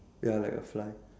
ya like a fly